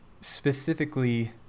specifically